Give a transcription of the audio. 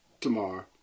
tomorrow